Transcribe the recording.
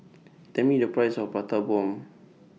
Tell Me The Price of Prata Bomb